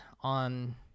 on